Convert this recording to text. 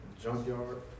junkyard